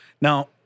Now